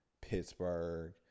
Pittsburgh